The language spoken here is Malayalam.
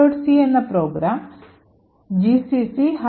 c എന്ന പ്രോഗ്രാം gcc hello